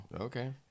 Okay